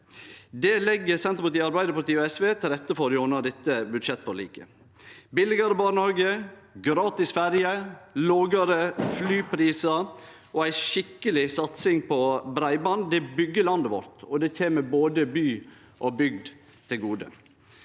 Det legg Senterpartiet, Arbeidarpartiet og SV til rette for gjennom dette budsjettforliket. Billegare barnehage, gratis ferje, lågare flyprisar og ei skikkeleg satsing på breiband byggjer landet vårt, og det kjem både by og bygd til gode.